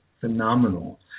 phenomenal